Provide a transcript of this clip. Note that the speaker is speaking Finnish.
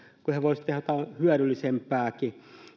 kun he voisivat tehdä jotain hyödyllisempääkin